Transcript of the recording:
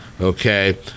okay